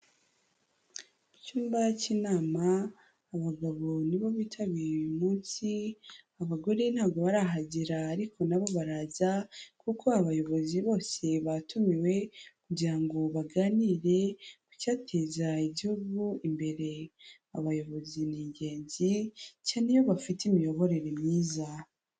Mu cyumba cy'inama, abagabo ni bo bitabiye uyu munsi, abagore ntabwo barahagera ariko na bo baraza, kuko abayobozi bose batumiwe kugira ngo baganire ku cyateza igihugu imbere, abayobozi ni ingenzi, cyane iyo bafite imiyoborere myiza.